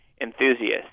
enthusiasts